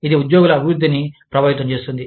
ఇది ఉద్యోగుల అభివృద్ధిని ప్రభావితం చేస్తుంది